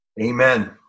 Amen